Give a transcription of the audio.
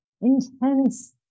intense